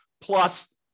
plus